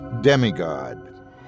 Demigod